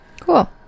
cool